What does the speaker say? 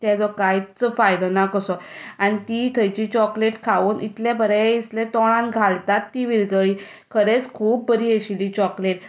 ताजो कांयच फायदो ना कसो आनी ती थंयची चॉकलेट खावन इतलें बरें दिसलें तोणांत घालतात ती विरगळ्ळी खरेंच खूब बरी आशिल्ली चॉकलेट